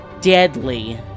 deadly